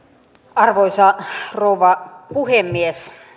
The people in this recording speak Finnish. arvoisa rouva puhemies